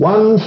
One